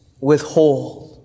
withhold